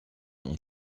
und